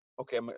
Okay